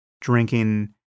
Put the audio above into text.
drinking